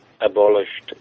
abolished